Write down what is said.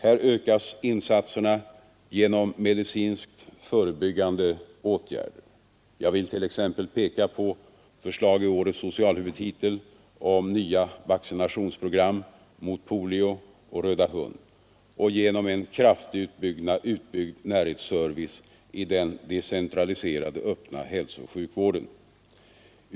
Här ökas insatserna genom medicinskt förebyggande åtgärder — jag vill t.ex. peka på förslag i årets socialhuvudtitel om nya vaccinationsprogram mot polio och röda hund — och genom en kraftigt utbyggd närhetsservice i den decentraliserade öppna hälsooch sjukvården.